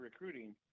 recruiting